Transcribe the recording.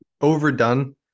overdone